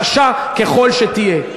קשה ככל שתהיה,